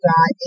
God